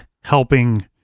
helping